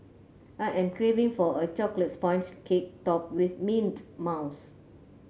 I am craving for a chocolate sponge cake topped with mint mousse